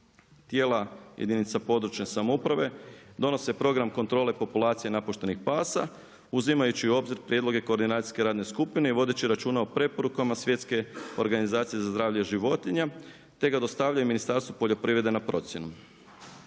Tijela jedinica područne samouprave donose program kontrole populacije napuštenih pasa uzimajući u obzir prijedloge koordinacijske radne skupine i vodeći računa o preporukama Svjetske organizacije za zdravlje životinja te ga dostavljaju Ministarstvu poljoprivrede na procjenu.